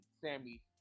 Sammy